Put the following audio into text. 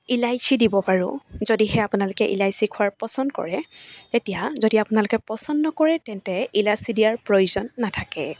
ইলাচী দিব পাৰোঁ যদিহে আপোনালোকে ইলাচী খোৱা পচন্দ কৰে তেতিয়া যদি আপোনালোকে পচন্দ নকৰে তেন্তে ইলাচী দিয়াৰ প্ৰয়োজন নাথাকে